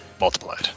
Multiplied